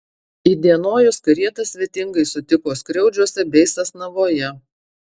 įdienojus karietas svetingai sutiko skriaudžiuose bei sasnavoje